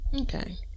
Okay